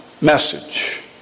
message